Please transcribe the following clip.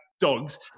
dogs